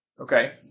Okay